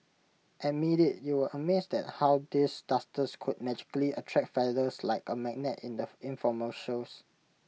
admit IT you were amazed at how these dusters could magically attract feathers like A magnet in the infomercials